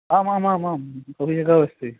आमामामाम् अभिलेखः अस्ति